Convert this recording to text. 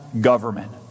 government